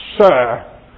Sir